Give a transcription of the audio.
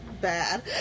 bad